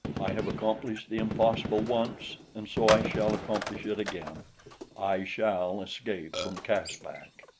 i have accomplished the impossible once, and so i shall accomplish it again i shall escape from caspak.